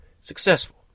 Successful